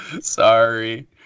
Sorry